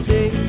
Day